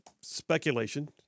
speculation